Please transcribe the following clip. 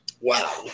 wow